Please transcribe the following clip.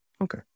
okay